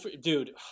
dude